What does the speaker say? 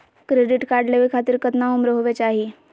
Credit card लेवे खातीर कतना उम्र होवे चाही?